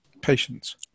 patience